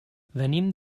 venim